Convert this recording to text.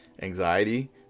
anxiety